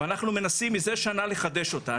ואנחנו מנסים זה שנה לחדש אותה.